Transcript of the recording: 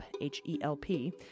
H-E-L-P